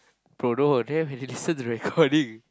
bro no they have to listen to the recording